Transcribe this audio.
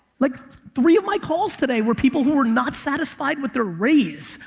like three of my calls today were people who were not satisfied with their raise,